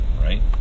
right